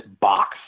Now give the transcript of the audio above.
box